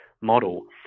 model